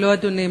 לא, אדוני.